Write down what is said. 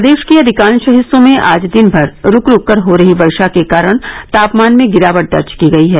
प्रदेश के अधिकांश हिस्सों में आज दिन भर रूक रूक कर हो रही व ाँ के कारण तापमान में गिरावट दर्ज की गयी है